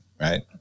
right